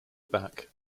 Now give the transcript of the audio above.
back